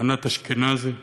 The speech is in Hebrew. ענת אשכנזי,